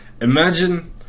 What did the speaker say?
Imagine